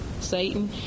satan